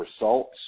results